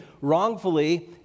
wrongfully